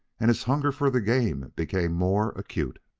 and his hunger for the game became more acute.